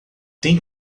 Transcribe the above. tem